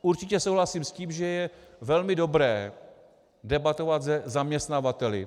Určitě souhlasím s tím, že je velmi dobré debatovat se zaměstnavateli.